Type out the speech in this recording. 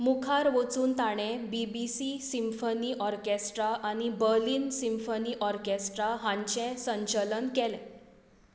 मुखार वचून तांणे B B C symphony orchestra आनी बर्लिन सिंफनी ऑर्केस्ट्रा हांचें संचलन केलें